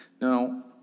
Now